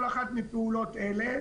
כל אחת מפעולות אלה,